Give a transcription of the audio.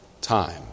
time